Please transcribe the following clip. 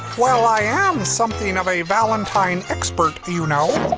well, i am something of a valentine expert, you know.